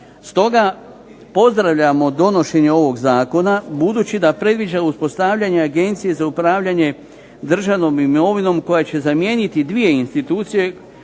Stoga pozdravljamo donošenje ovog zakona budući da predviđa uspostavljanje Agencije za upravljanje državnom imovinom koja će zamijeniti dvije institucije